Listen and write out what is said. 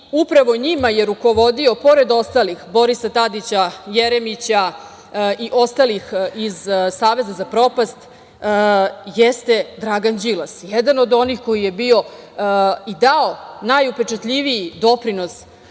i upravo njima je rukovodio pored ostalih, Borisa Tadića, Jeremića, i ostalih iz saveza za propast, jeste Dragan Đilas. Jedan od onih koji je bio i dao najupečatljiviji doprinos